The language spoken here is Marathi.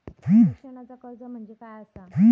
शिक्षणाचा कर्ज म्हणजे काय असा?